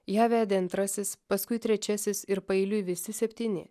ją vedė antrasis paskui trečiasis ir paeiliui visi septyni